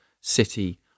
city